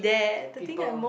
people